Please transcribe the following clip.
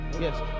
Yes